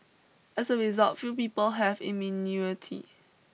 as a result few people have